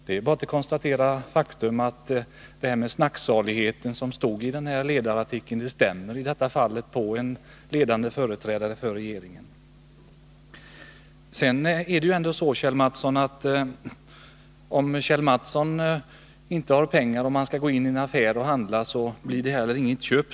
Det är bara att konstatera faktum att det här om snacksaligheten, som stod i den här ledarartikeln, i detta fall stämde på en ledande företrädare för regeringen. Om Kjell Mattsson har tänkt gå in i en affär och handla och upptäcker att han inte har några pengar, så blir det inget köp.